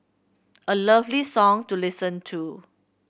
a lovely song to listen to